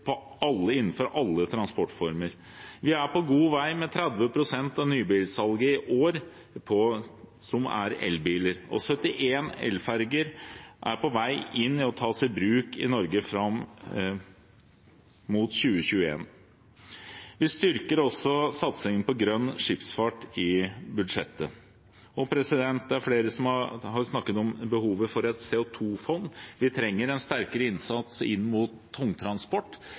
innenfor alle transportformer, og vi er på god vei, ved at 30 pst. av nybilsalget i år er elbiler, og at 71 elferger er på vei til å tas i bruk i Norge fram mot 2021. Vi styrker også satsingen på grønn skipsfart i budsjettet. Det er flere som har snakket om behovet for et CO 2 -fond. Vi trenger en sterkere innsats når det gjelder tungtransport,